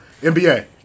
NBA